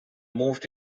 moved